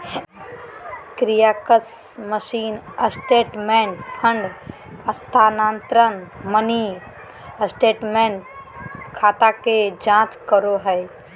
kiosk machine statement, fund हस्तानान्तरण, mini statement, खाता की जांच करो हइ